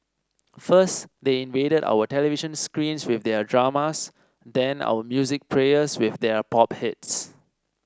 first they invaded our television screens with their dramas then our music players with their pop hits